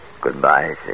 Goodbye